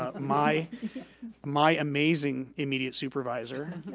ah my my amazing immediate supervisor.